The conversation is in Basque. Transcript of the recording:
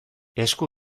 esku